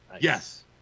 Yes